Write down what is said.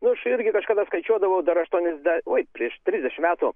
nu aš irgi kažkada skaičiuodavau dar aštuonias oi prieš trisdešimt metų